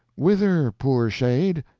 whither, poor shade?